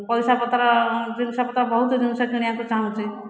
ପଇସାପତ୍ର ଜିନିଷପତ୍ର ବହୁତ ଜିନିଷ କିଣିବାକୁ ଚାହୁଁଛି